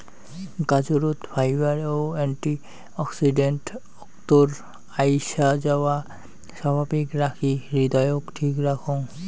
গাজরত fibre ও antioxidant অক্তর আইসাযাওয়া স্বাভাবিক রাখি হৃদয়ক ঠিক রাখং